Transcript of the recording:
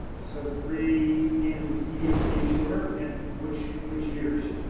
so three in b and c, sure. and which which years,